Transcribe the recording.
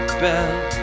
bell